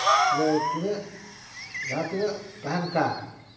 ᱛᱤᱱᱟᱹᱜ ᱡᱟᱦᱟᱸ ᱛᱤᱱᱟᱹᱜ ᱛᱟᱦᱮᱱ ᱠᱟᱱ